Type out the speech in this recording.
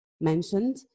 mentioned